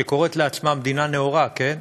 שקוראת לעצמה מדינה נאורה, כן?